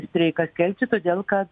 streiką skelbti todėl kad